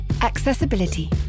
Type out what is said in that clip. Accessibility